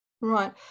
Right